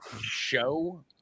show